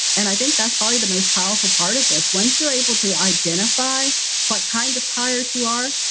and i think that's probably the most powerful part of this. once you're able to identify what kind of tired you are,